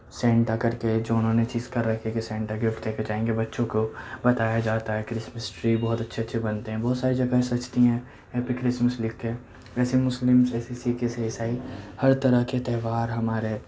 Santa کر کے جو انہوں نے چیز کر رکھی ہے کہ سینٹا گفٹ دے کے جائیں گے بچوں کو بتایا جاتا ہے کہ کرسمس ٹری بہت اچھے اچھے بنتے ہیں بہت ساری جگہیں سجتی ہیں ہیپی کرسمس لکھ کے ایسے مسلم ایسے سکھ عیسائی ہر طرح کے تہوار ہمارے